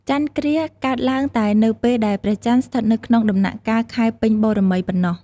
ចន្ទគ្រាសកើតឡើងតែនៅពេលដែលព្រះចន្ទស្ថិតនៅក្នុង ដំណាក់កាលខែពេញបូរមីប៉ុណ្ណោះ ។